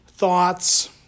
Thoughts